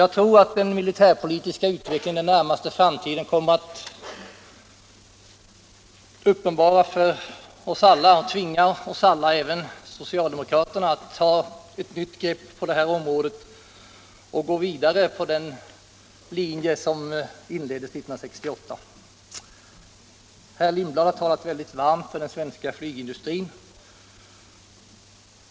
Jag tror att den militärpolitiska utvecklingen i framtiden kommer att uppenbara detta för oss alla och att tvinga oss alla — även socialdemokraterna — att ta ett nytt grepp på det området och att följa den linje vidare som drogs upp år 1968. Herr Lindblad har talat väldigt varmt för den svenska flygindustrin.